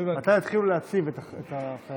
מתי התחילו להציב את החיילים?